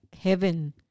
heaven